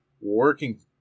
working